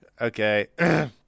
Okay